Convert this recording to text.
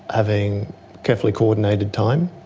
having carefully coordinated time.